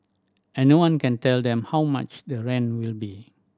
and no one can tell them how much the rent will be